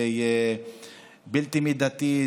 זה בלתי מידתי,